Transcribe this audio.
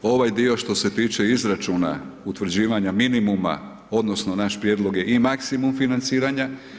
Ovaj dio što se tiče izračuna utvrđivanja minimuma odnosno naš prijedlog je i maksimum financiranja.